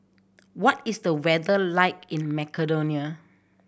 what is the weather like in Macedonia